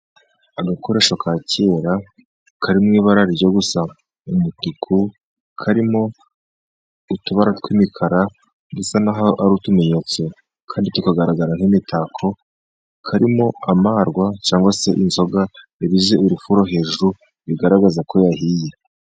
Agakoresho ka kera kari mu ibara rigiye gusa umutuku, karimo utubara tw'imikara dusa naho ari utumenyetso, kandi tukagaragara nk'imitako. Karimo amarwa cyangwa se inzoga yabize urufuro hejuru bigaragaza ko yahiye.